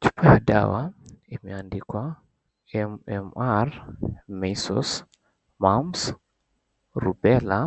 Chupa ya dawa imeandikwa MMR, Measles, Mumps, Rubella